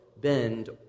bend